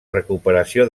recuperació